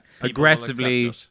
Aggressively